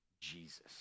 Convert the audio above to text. Jesus